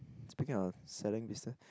speaking of selling business